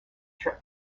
trip